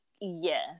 yes